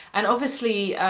and obviously,